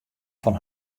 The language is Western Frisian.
fan